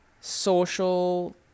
social